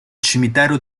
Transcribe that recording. cimitero